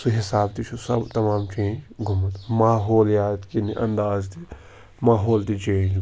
سُہ حِساب تہِ چھُ سۄ تمام چینٛج گوٚمُت ماحولیات کِنہِ اَنداز تہِ ماحول تہِ چینٛج گوٚمُت